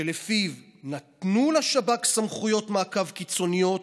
שלפיו נתנו לשב"כ סמכויות מעקב קיצוניות